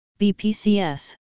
BPCS